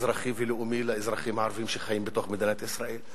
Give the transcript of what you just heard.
אזרחי ולאומי לאזרחים הערבים שחיים בתוך מדינת ישראל.